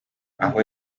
aho